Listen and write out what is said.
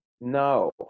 No